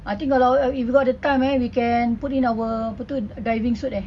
I think kalau if we got the time eh we can put in our apa tu diving suits eh